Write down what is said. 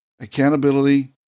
accountability